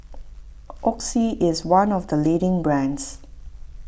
Oxy is one of the leading brands